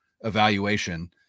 evaluation